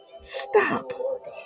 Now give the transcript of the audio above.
stop